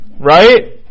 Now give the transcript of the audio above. Right